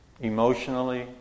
Emotionally